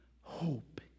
hope